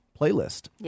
playlist